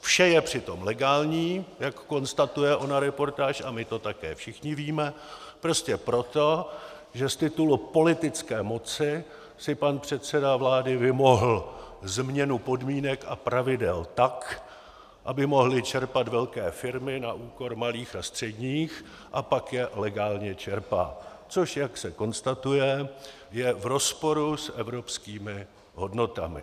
Vše je přitom legální, jak konstatuje ona reportáž, a my to také všichni víme, prostě proto, že z titulu politické moci si pan předseda vlády vymohl změnu podmínek a pravidel tak, aby mohly čerpat velké firmy na úkor malých a středních, a pak je legálně čerpá, což jak se konstatuje je v rozporu s evropskými hodnotami.